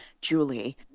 Julie